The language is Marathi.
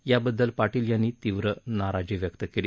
याबद्दल पाटील यांनी तीव्र नाराजी व्यक्त केली